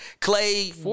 Clay